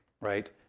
right